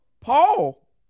Paul